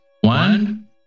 One